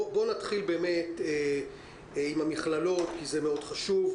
נתחיל עם המכללות, כי זה מאוד חשוב.